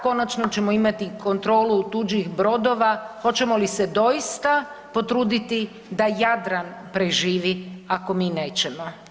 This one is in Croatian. Konačno ćemo imati kontrolu tuđih brodova, hoćemo li se doista potruditi da Jadran preživi ako mi nećemo?